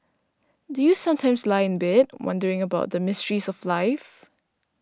do you sometimes lie in bed wondering about the mysteries of life